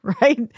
right